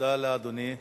תודה לאדוני.